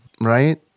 right